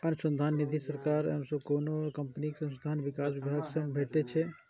अनुसंधान निधि सरकार सं आ कोनो कंपनीक अनुसंधान विकास विभाग सं भेटै छै